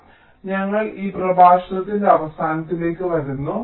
അതിനാൽ ഞങ്ങൾ ഈ പ്രഭാഷണത്തിന്റെ അവസാനത്തിലേക്ക് വരുന്നു